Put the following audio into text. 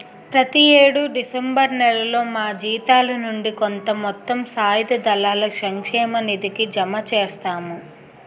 ప్రతి యేడు డిసెంబర్ నేలలో మా జీతాల నుండి కొంత మొత్తం సాయుధ దళాల సంక్షేమ నిధికి జమ చేస్తాము